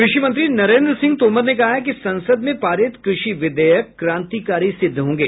कृषि मंत्री नरेन्द्र सिंह तोमर ने कहा है कि संसद में पारित कृषि विधेयक क्रांतिकारी सिद्ध होंगे